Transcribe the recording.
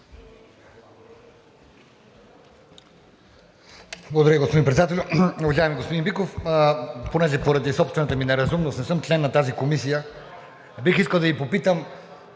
Благодаря, господин Председател. Уважаеми господин Биков, понеже поради собствената ми неразумност не съм член на тази комисия, бих искал да Ви попитам